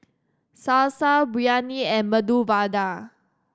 Salsa Biryani and Medu Vada